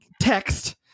text